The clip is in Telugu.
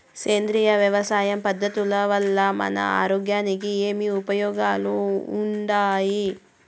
సేంద్రియ వ్యవసాయం పద్ధతుల వల్ల మన ఆరోగ్యానికి ఏమి ఉపయోగాలు వుండాయి?